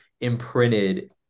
imprinted